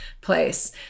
place